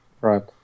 Right